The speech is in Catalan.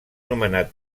nomenat